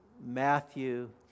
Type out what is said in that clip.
Matthew